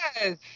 Yes